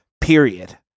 period